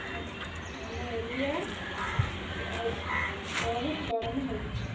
ଆମ ଆମ ଏରିଆ ବହୁତ ଗରମ ହେଉଛି